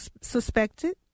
suspected